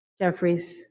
Jeffries